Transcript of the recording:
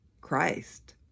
Christ